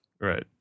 Right